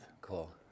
cool